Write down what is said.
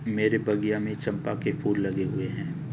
मेरे बगिया में चंपा के फूल लगे हुए हैं